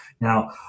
Now